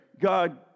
God